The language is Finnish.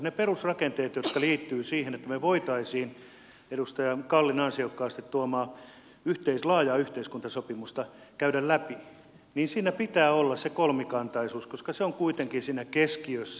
mutta niissä perusrakenteissa jotka liittyvät siihen että me voisimme edustaja kallin ansiokkaasti tuomaa laajaa yhteiskuntasopimusta käydä läpi pitää olla se kolmikantaisuus koska se on kuitenkin siinä keskiössä